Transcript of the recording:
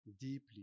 deeply